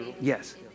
Yes